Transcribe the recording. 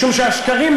משום שהשקרים,